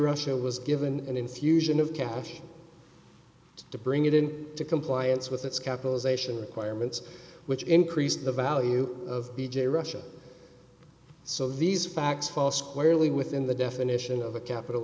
russia was given an infusion of cash to bring it in to compliance with its capitalization requirements which increased the value of the j russia so these facts fall squarely within the definition of a capital